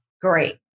Great